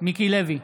מיקי לוי,